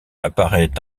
apparaît